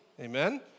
Amen